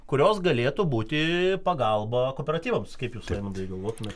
kurios galėtų būti pagalba kooperatyvams kaip jūs evaldai galvotumėt